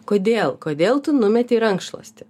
kodėl kodėl tu numetei rankšluostį